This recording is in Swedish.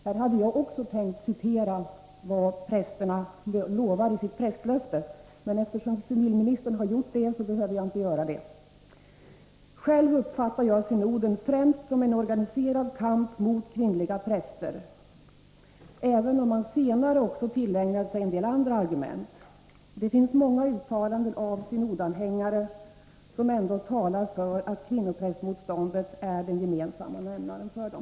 Här hade jag tänkt citera vad prästerna lovar i sitt prästlöfte, men eftersom civilministern redan har gjort det behöver jag inte göra det. Själv uppfattar jag synoden främst som en organiserad kamp mot kvinnliga präster, även om man senare också tillägnat sig en del andra argument. Det finns många uttalanden av synodanhängare som ändå tyder på att kvinnoprästmotståndet är den gemensamma nämnaren för dem.